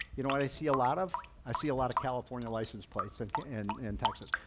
you know, what i see a lot of? i see a lot of california license plates and and in texas.